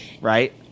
right